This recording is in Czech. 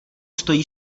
stojí